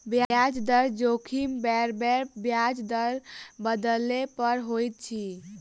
ब्याज दर जोखिम बेरबेर ब्याज दर के बदलै पर होइत अछि